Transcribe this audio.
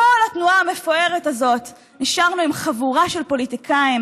מכל התנועה המפוארת הזאת נשארנו עם חבורה של פוליטיקאים